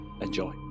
Enjoy